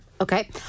Okay